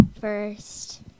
First